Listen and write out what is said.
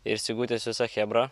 ir sigutės visa chebra